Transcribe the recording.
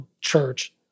church